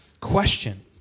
question